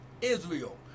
Israel